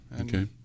Okay